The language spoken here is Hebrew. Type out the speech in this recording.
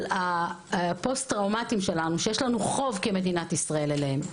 על הפוסט טראומטיים שלנו שיש לנו חוב כמדינת ישראל אליהם.